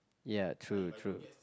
ya true true